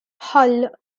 hull